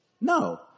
No